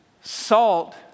salt